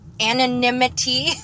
anonymity